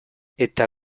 eta